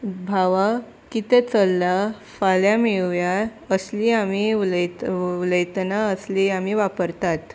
भावा कितें चलला फाल्यां मेळुया असली आमी उलयत उलयतना असली आमी वापरतात